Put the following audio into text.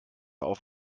auf